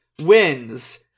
wins